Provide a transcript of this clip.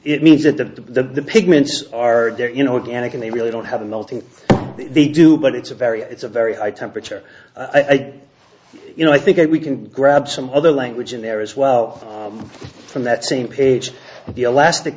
it means that the pigments are there you know again it can they really don't have a melting they do but it's a very it's a very high temperature i get you know i think we can grab some other language in there as well from that same page the elastic